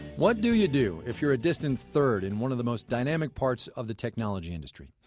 what do you do if you're a distant third in one of the most dynamic parts of the technology industry?